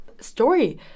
story